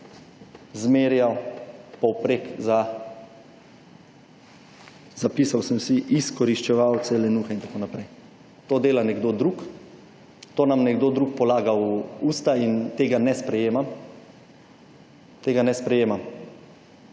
zmerjal povprek za, zapisal sem si, »izkoriščevalce, lenuhe…« in tako naprej. To dela nekdo drug. To nam nekdo drug polaga v usta in tega ne sprejemam. Tega ne sprejemam.